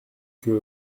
que